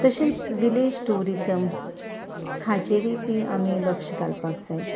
तशेंच village tourism हाचेरय बी आमी लक्ष घालपाक जाय